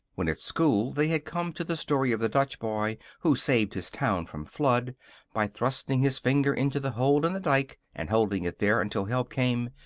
when, at school, they had come to the story of the dutch boy who saved his town from flood by thrusting his finger into the hole in the dike and holding it there until help came,